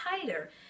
tighter